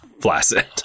flaccid